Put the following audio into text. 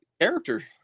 character